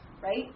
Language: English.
right